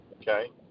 okay